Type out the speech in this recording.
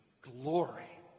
glory